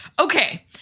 Okay